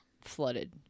flooded